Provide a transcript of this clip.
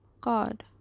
God